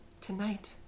Tonight